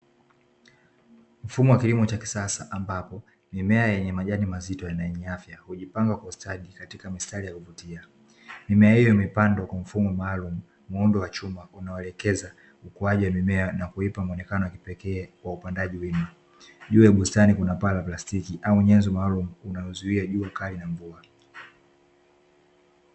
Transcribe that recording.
Mfumo wa kilimo cha kisasa ambapo mimea yenye majani mazito na yenye afya hujipanga kwa ustadi katika mistari ya kuvutia. Mimea hiyo imepandwa kwa mfumo maalumu, muundo wa chuma unaoelekeza ukuaji wa mimea na kuipa muonekano wa kipekee wa upandaji. Juu ya bustani kuna paa la plastiki au nyenzo maalumu inayozuia jua kali na mvua.